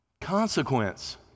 consequence